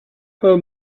her